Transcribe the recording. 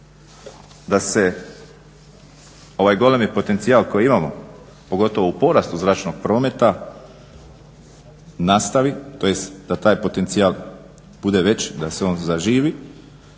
da se ovaj golemi potencijal koji imamo pogotovo u porastu zračnog prometa nastavi tj. da taj potencijal bude veći, da se on zaživi